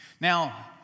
Now